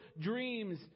dreams